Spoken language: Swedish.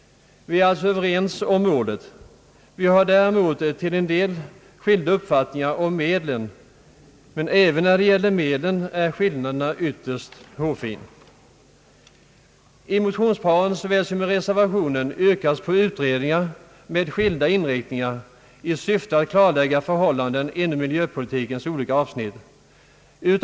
Vi är alltså överens om målet. Däremot har vi till en del skilda uppfattningar om medlen; men även när det gäller medlen är skillnaden ytterst hårfin. I motionsparen såväl som i reservationen yrkas på utredningar med skilda inriktningar i syfte att klarlägga förhållanden inom miljöpolitikens olika avsnitt.